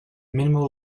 minimal